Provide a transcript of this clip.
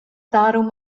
darum